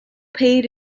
paid